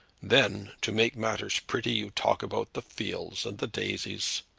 then, to make matters pretty, you talk about de fields and de daisies.